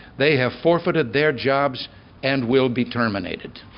they have forfeited their jobs and will be terminated